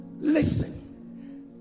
Listen